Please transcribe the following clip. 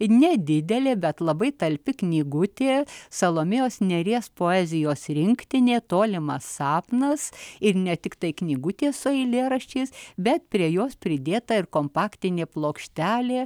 nedidelė bet labai talpi knygutė salomėjos nėries poezijos rinktinė tolimas sapnas ir ne tiktai knygutė su eilėraščiais bet prie jos pridėta ir kompaktinė plokštelė